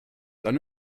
dann